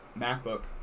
MacBook